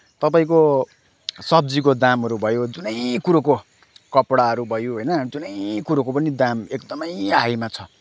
तपाईँको सब्जीको दामहरू भयो जुनै कुरोको कपडाहरू भयो होइन जुनै कुरोको पनि दाम एकदमै हाईमा छ